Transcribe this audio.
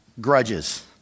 grudges